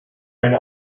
eine